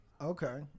Okay